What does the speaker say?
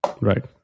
right